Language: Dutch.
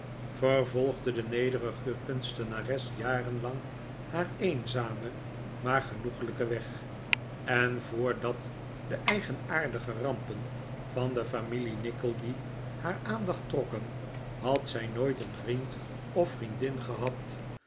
vervolgde de nederige kunstenares jarenlang haar eenzamen maar genoeglijken weg en voordat de eigenaardige rampen van de familie nickleby haar aandacht t'rokken had zij nooit een vriend of vriendin gehad